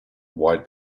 wide